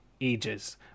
ages